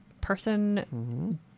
person